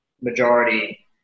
majority